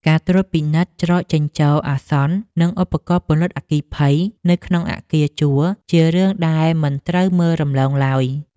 ការត្រួតពិនិត្យច្រកចេញចូលអាសន្ន និងឧបករណ៍ពន្លត់អគ្គិភ័យនៅក្នុងអគារជួលជារឿងដែលមិនត្រូវមើលរំលងឡើយ។